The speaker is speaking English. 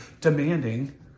demanding